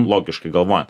logiškai galvojant